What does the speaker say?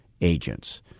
agents